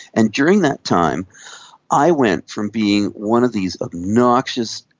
and during that time i went from being one of these obnoxious,